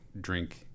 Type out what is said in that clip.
Drink